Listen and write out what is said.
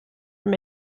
from